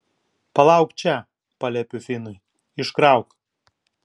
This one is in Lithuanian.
palauk čia paliepiu finui iškrauk